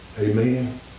amen